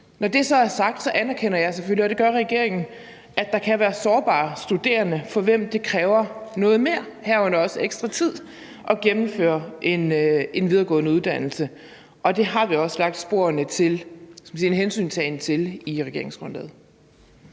og det gør regeringen også, at der kan være sårbare studerende, for hvem det kræver noget mere, herunder også ekstra tid, at gennemføre en videregående uddannelse, og det har vi også lagt sporene til og taget